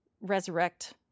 resurrect